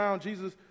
Jesus